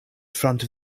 front